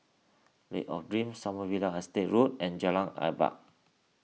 Lake of Dreams Sommerville Estate Road and Jalan Adat